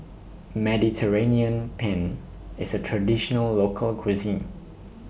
Mediterranean Penne IS A Traditional Local Cuisine